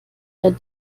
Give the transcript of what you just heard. der